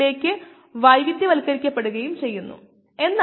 4 min problem പരിഹരിക്കാനുള്ള ഒരു മാർഗമാണിത്